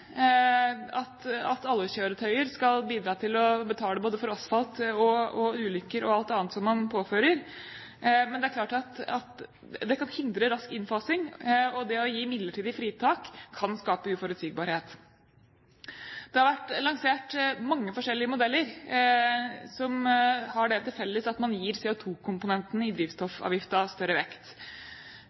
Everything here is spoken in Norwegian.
riktig at alle kjøretøyer skal bidra til å betale for både asfalt, ulykker og alt annet som man påfører samfunnet, men det er klart at det kan hindre rask innfasing, og det å gi midlertidig fritak kan skape uforutsigbarhet. Det har vært lansert mange forskjellige modeller som har det til felles at man gir CO2-komponentene i drivstoffavgiften større vekt.